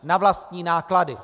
Na vlastní náklady.